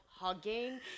Hugging